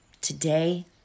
Today